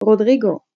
Rodrigo –